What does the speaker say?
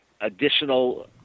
additional